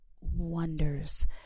wonders